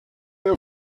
eine